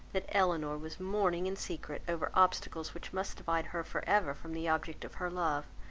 that elinor was mourning in secret over obstacles which must divide her for ever from the object of her love,